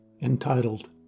entitled